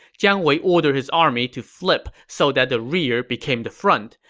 jiang wei ordered his army to flip so that the rear became the front,